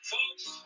Folks